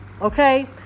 okay